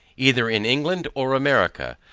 either in england or america,